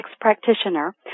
practitioner